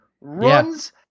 runs